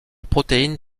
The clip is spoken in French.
protéine